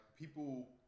People